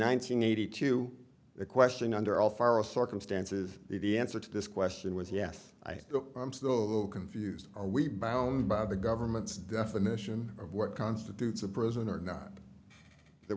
hundred eighty two the question under all foreign circumstances the answer to this question was yes i am still a little confused are we bound by the government's definition of what constitutes a prison or not the